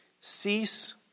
cease